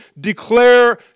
declare